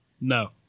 No